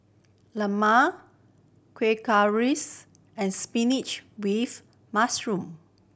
lemang Kueh Rengas and spinach with mushroom